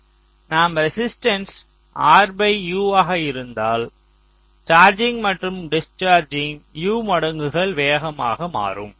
நாம் resistance R U ஆக இருந்தால் சார்ஜிங் மற்றும் டிஸ்சார்ஜிங் U மடங்குகள் வேகமாக மாறும்